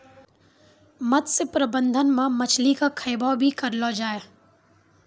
मत्स्य प्रबंधन मे मछली के खैबो भी करलो जाय